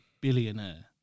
billionaire